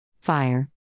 Fire